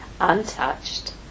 Untouched